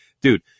Dude